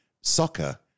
soccer